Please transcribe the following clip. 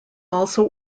also